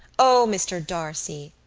o, mr. d'arcy,